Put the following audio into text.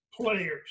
players